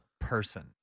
person